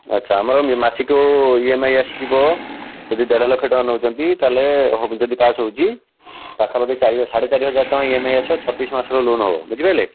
ଆଚ୍ଛା ଆମର ମାସିକୁ ଇ ଏମ ଆଇ ଆସିଯିବ ଯଦି ଦେଢ଼ ଲକ୍ଷ ଟଙ୍କା ନେଉଛନ୍ତି ତା'ହେଲେ ଯଦି ପାସ୍ ହେଉଛି ପାଖାପାଖି ଚାରି ସାଢ଼େ ଚାରି ହଜାର ଟଙ୍କା ଇ ଏମ ଆଇ ଆସିବ ଛତିଶ ମାସର ଲୋନ ହେବ ବୁଝିପାରିଲେ